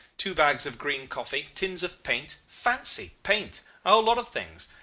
two bags of green coffee, tins of paint fancy, paint a whole lot of things.